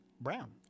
brown